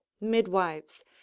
midwives